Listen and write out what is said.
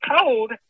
told